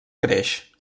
creix